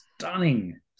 stunning